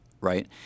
right